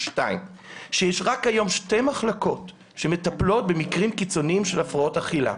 יש היום רק שתי מחלקות שמטפלות במקרים קיצוניים של הפרעות אכילה.